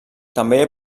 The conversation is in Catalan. també